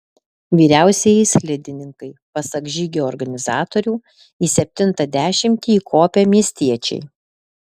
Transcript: vyriausieji slidininkai pasak žygio organizatorių į septintą dešimtį įkopę miestiečiai